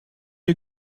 you